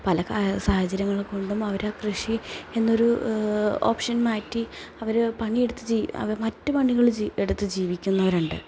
പല സാഹചര്യങ്ങൾ കൊണ്ടും അവർ ആ കൃഷി എന്നൊരു ഓപ്ഷൻ മാറ്റി അവർ പണിയെടുത്ത് അവർ മറ്റു പണികൾ എടുത്ത് ജീവിക്കുന്നവരുണ്ട്